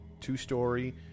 two-story